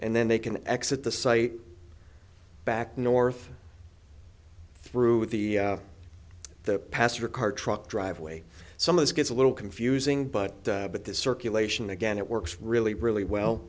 and then they can exit the site back north through the the passenger car truck driveway some of this gets a little confusing but but this circulation again it works really really well